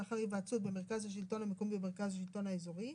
לאחר היוועצות במרכז השלטון המקומי ובמרכז השלטון האזורי.